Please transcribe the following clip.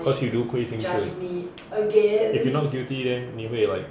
cause you do 亏心事 if you not guilty then 你会 like